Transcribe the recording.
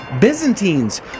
Byzantines